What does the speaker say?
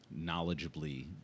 knowledgeably